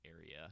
area